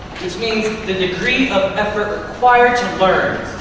which means the degree of effort required to learn,